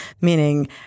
meaning